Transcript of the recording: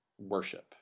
worship